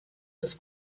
das